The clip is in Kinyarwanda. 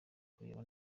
kureba